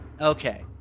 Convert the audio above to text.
Okay